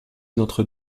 notre